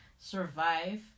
survive